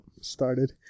Started